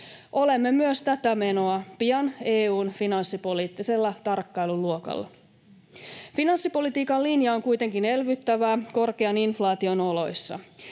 Olemme myös tätä menoa pian EU:n finanssipoliittisella tarkkailuluokalla. Finanssipolitiikan linja on kuitenkin elvyttävää korkean inflaation oloissa.